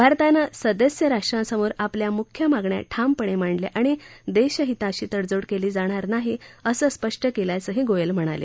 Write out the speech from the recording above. भारतानं सदस्य राष्ट्रांसमोर आपल्या मुख्य मागण्या ठामपणे मांडल्या आणि देशहिताशी तडजोड केली जाणार नाही असं स्पष्ट केल्याचंही गोयल म्हणाले